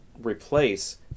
replace